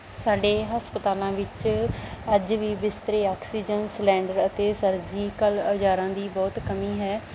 ਸਾਡੇ ਹਸਪਤਾਲਾਂ ਵਿੱਚ ਅੱਜ ਵੀ ਬਿਸਤਰੇ ਆਕਸੀਜਨ ਸਲੈਂਡਰ ਅਤੇ ਸਰਜੀਕਲ ਔਜ਼ਾਰਾਂ ਦੀ ਬਹੁਤ ਕਮੀ ਹੈ